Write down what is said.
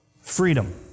Freedom